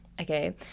okay